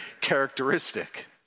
characteristic